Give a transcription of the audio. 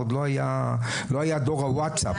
עוד לא היה דור הוואטסאפ.